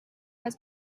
has